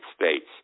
States